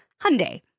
Hyundai